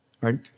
right